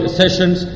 sessions